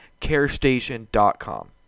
carestation.com